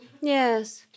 Yes